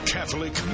Catholic